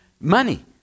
money